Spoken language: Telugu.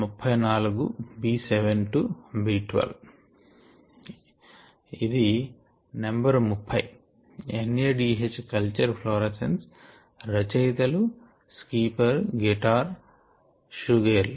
34 B7 - B12 ఇది నెంబరు 30 N A D H culture flora sense రచయితలు స్కీపర్ గెబార్ షుగేర్ల్